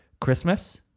christmas